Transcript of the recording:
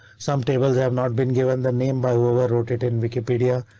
some tables have not been given the name by overwrote it in wikipedia.